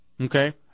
Okay